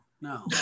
no